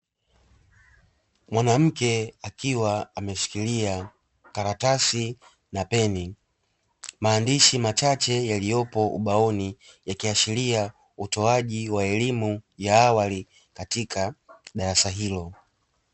Mwanamke akiwa ameshikilia karatasi na peni maandishi machache yaliyopo ubaoni yakiashiria utoaji wa elimu ya awali katika darasa hilo.